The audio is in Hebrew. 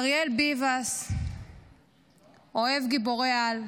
אריאל ביבס אוהב גיבורי-על,